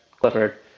Clifford